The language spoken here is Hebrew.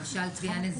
למשל תביעה נזיקית.